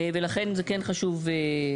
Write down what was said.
ולכן זה כן חשוב.